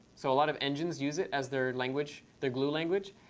so a lot of engines use it as their language, their glue language.